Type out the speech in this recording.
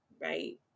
right